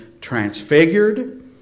transfigured